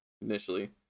initially